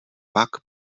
pak